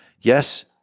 Yes